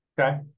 Okay